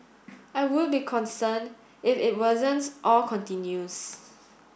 I would be concerned if it worsens or continues